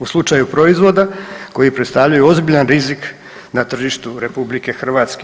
U slučaju proizvoda koji predstavljaju ozbiljan rizik na tržištu RH.